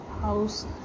house